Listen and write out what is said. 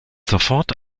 sofort